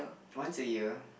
once a year